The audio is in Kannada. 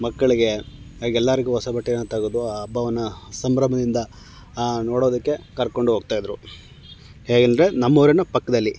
ಮಕ್ಕಳಿಗೆ ಹಾಗೆ ಎಲ್ಲರಿಗೂ ಹೊಸ ಬಟ್ಟೆಯನ್ನು ತೆಗ್ದು ಆ ಹಬ್ಬವನ್ನ ಸಂಭ್ರಮದಿಂದ ನೋಡೋದಕ್ಕೆ ಕರ್ಕೊಂಡು ಹೋಗ್ತಾಯಿದ್ರು ಹೇಗೆಂದ್ರೆ ನಮ್ಮೂರಿನ ಪಕ್ಕದಲ್ಲಿ